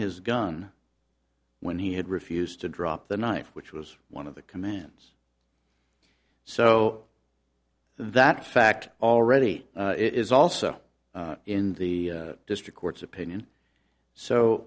his gun when he had refused to drop the knife which was one of the commands so that fact already it is also in the district court's opinion so